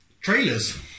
trailers